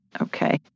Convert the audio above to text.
Okay